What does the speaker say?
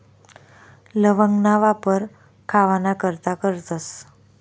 लवंगना वापर खावाना करता करतस